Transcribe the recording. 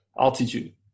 Altitude